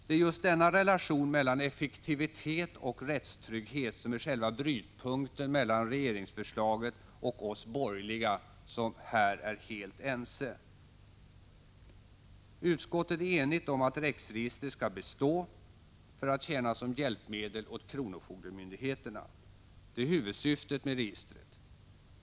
Det är just denna relation mellan effektivitet och rättstrygghet som är 159 själva brytpunkten mellan regeringsförslaget och de borgerligas åsikt. Vi är i fråga om detta helt ense. Utskottet är enigt om att REX-registret skall bestå för att tjäna som hjälpmedel åt kronofogdemyndigheterna. Det är huvudsyftet med registret.